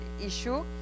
issue